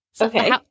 okay